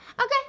Okay